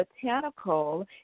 botanical